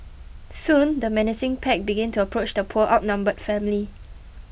soon the menacing pack began to approach the poor outnumbered family